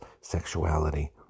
sexuality